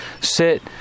sit